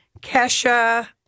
Kesha